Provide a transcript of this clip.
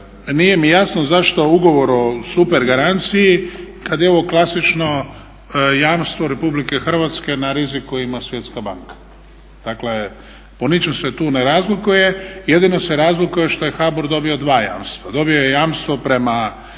nije mi jasno zašto ugovor o supergaranciji kada je ovo klasično jamstvo RH na rizik koji ima Svjetska banka. Dakle po ničem se tu ne razlikuje, jedino se razlikuje što je HBOR dobio dva jamstva. Dobio je jamstvo prema kreditoru